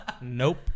Nope